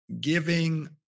giving